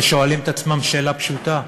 ושואלים את עצמם שאלה פשוטה: